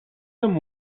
some